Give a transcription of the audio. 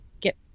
get